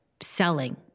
selling